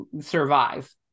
survive